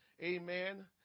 amen